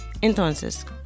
Entonces